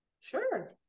Sure